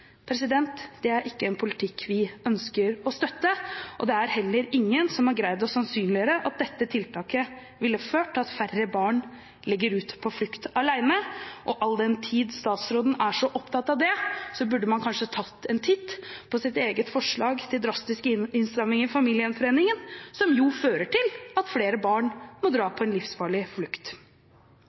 Det er ikke en politikk vi ønsker å støtte, og det er heller ingen som har greid å sannsynliggjøre at dette tiltaket vil føre til at færre barn legger ut på flukt alene. All den tid statsråden er så opptatt av det, burde man kanskje tatt en titt på eget forslag til drastiske innstramminger i familiegjenforeningen, som jo fører til at flere barn må dra på en livsfarlig flukt.